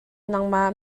nangmah